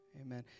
Amen